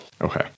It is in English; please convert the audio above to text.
okay